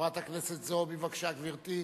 חברת הכנסת זועבי, בבקשה, גברתי,